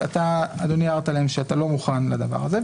ואתה, אדוני, הערת להם שאתה לא מוכן לדבר הזה.